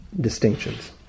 distinctions